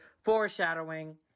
Foreshadowing